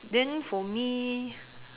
then for me